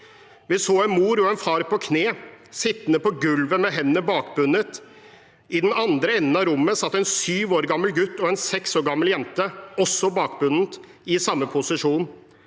«Vi fant en mor og en far på kne, sittende på gulvet med hendene bakbundet. I den andre enden av rommet satt en sju år gammel gutt og en seks år gammel jente, også bakbundet, i samme posisjon.